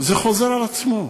זה חוזר על עצמו.